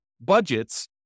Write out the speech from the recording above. budgets